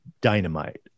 dynamite